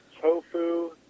tofu